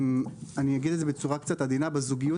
אני אגיד את זה בצורה קצת עדינה בזוגיות